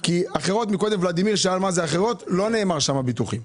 קודם ולדימיר שאל מה זה "אחרות" ולא נאמר שם ביטוחים.